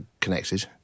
connected